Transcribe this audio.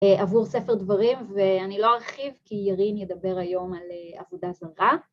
‫אה... עבור ספר דברים, ואני לא ארחיב ‫כי ירין ידבר היום על עבודה זרה.